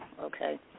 okay